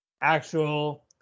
actual